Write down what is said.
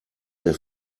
der